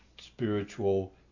spiritual